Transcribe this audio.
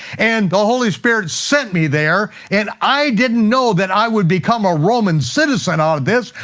and the holy spirit sent me there, and i didn't know that i would become a roman citizen out of this,